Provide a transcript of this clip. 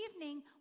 evening